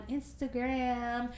Instagram